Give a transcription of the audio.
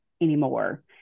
anymore